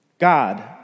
God